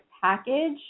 package –